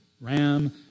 Ram